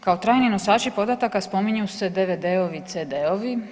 kao trajni nosači podataka spominju se DVD-ovi, CD-ovi.